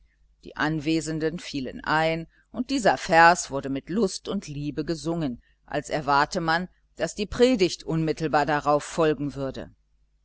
die anwesenden fielen ein und dieser vers wurde mit lust und liebe gesungen als erwarte man daß die predigt unmittelbar darauf folgen würde